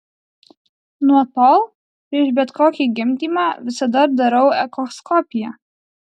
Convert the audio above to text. nuo tol prieš bet kokį gimdymą visada darau echoskopiją